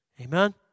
Amen